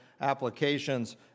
applications